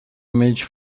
image